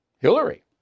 Hillary